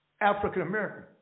African-American